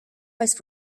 als